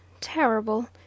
terrible